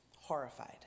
horrified